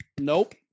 Nope